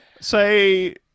Say